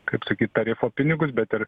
kaip sakyt tarifo pinigus bet ir